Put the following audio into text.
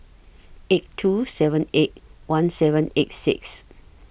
eight two seven eight one seven eight six